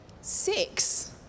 Six